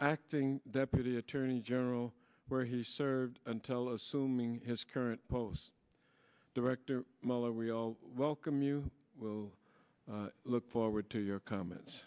acting deputy attorney general where he served until assuming his current post director mueller we welcome you will look forward to your comments